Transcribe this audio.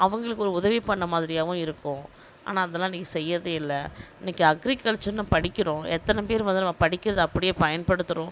அவங்களுக்கு ஒரு உதவி பண்ண மாதிரியாகவும் இருக்கும் ஆனால் அதெலாம் இன்றைக்கி செய்யறதே இல்லை இன்றைக்கி அக்ரிகல்ச்சர்னு படிக்கிறோம் எத்தனை பேர் வந்து நம்ம படிக்கிறதை அப்படியே பயன்படுத்துகிறோம்